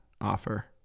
offer